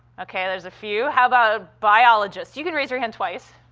okay, there's a few. how about biologists? you can raise your hand twice.